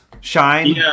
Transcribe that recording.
shine